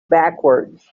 backwards